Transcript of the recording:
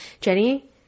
Jenny